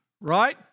right